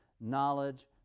knowledge